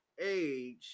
age